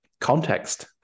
context